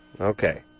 Okay